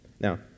Now